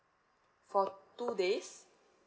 for two days